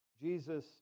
Jesus